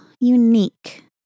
unique